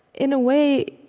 in a way,